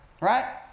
right